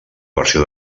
versió